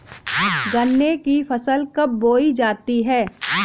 गन्ने की फसल कब बोई जाती है?